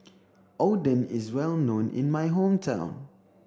Oden is well known in my hometown